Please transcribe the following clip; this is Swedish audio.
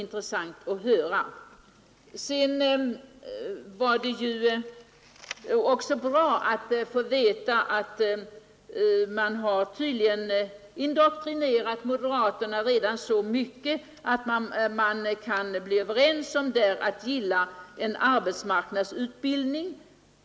Sedan var det ju också bra att få veta att centern tydligen redan har indoktrinerat moderaterna så mycket att man kan bli överens om att gilla en arbetsmarknadsutbildning.